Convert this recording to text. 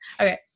Okay